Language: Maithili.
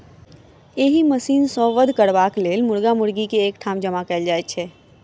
एहि मशीन सॅ वध करबाक लेल मुर्गा मुर्गी के एक ठाम जमा कयल जाइत छै